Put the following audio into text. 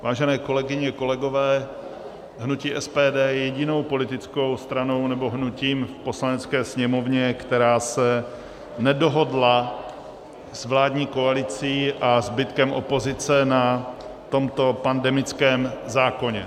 Vážené kolegyně, kolegové, hnutí SPD je jedinou politickou stranou nebo hnutím v Poslanecké sněmovně, která se nedohodla s vládní koalicí a zbytkem opozice na tomto pandemickém zákoně.